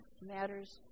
matters